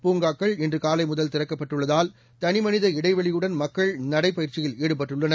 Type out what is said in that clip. பூங்காக்கள் இன்று காலை முதல் திறக்கப்பட்டுள்ளதால் தனிமனித இடைவெளியுடன் மக்கள் நடைப் பயிற்சியில் ஈடுபட்டுள்ளனர்